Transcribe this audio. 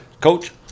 coach